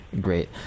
Great